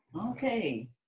okay